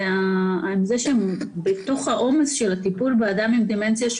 עם זה שהם בתוך העומס של הטיפול באדם עם דמנציה,